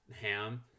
ham